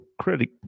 credit